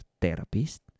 therapist